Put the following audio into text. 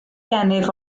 gennyf